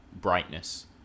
brightness